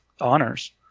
honors